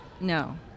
No